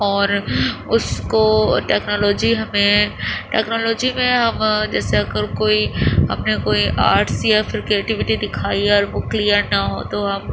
اور اس کو ٹیکنالوجی ہمیں ٹیکنالوجی میں ہم جیسے اگر کوئی ہم نے کوئی آرٹس یا پھر کریئیٹیویٹی دکھائی ہے اور وہ کلیئر نہ ہو تو ہم